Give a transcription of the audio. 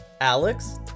Alex